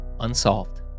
unsolved